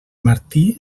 martí